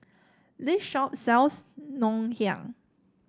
this shop sells Ngoh Hiang